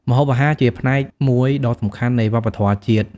ម្ហូបអាហារជាផ្នែកមួយដ៏សំខាន់នៃវប្បធម៌ជាតិ។